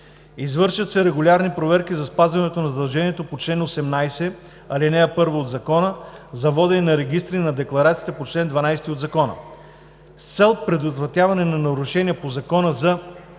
Извършват се регулярни проверки за спазването на задължението по чл. 18, ал. 1 от ЗПУКИ за водене на регистри на декларациите по чл. 12 от Закона. С цел предотвратяване на нарушения по Закона за